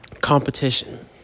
competition